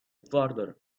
farther